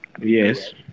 Yes